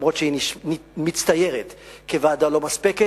גם אם היא מצטיירת כוועדה לא מספקת.